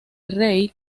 rey